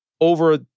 over